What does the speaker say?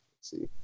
see